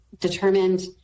determined